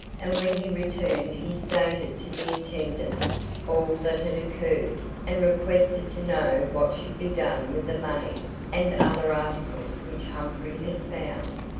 and when he returned he stated to the intendant all that had occurred, and requested to know what should be done with the money and other articles which humphrey had found.